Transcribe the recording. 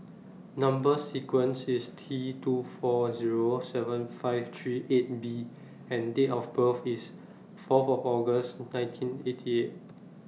Number sequence IS T two four Zero seven five three eight B and Date of birth IS four of August nineteen eighty eight